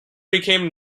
became